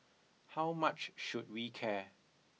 how much should we care